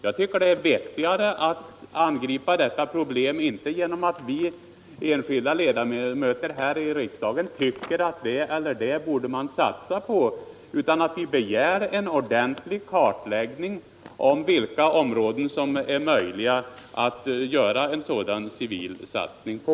Jag tycker att det vettigaste sättet att angripa detta problem inte är att vi enskilda ledamöter här i riksdagen tycker att man borde satsa på det eller det utan att vi begär en ordentlig kartläggning om vilka områden som det är möjligt att göra en sådan satsning på.